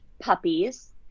puppies